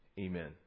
amen